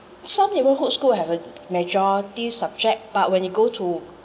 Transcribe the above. some neighbourhood school have a majority subject but when you go to